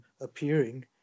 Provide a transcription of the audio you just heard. appearing